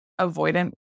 avoidant